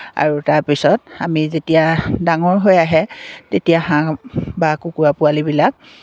আৰু তাৰপিছত আমি যেতিয়া ডাঙৰ হৈ আহে তেতিয়া হাঁহ বা কুকুৰা পোৱালিবিলাক